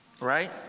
right